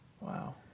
Wow